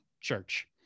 church